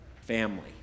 family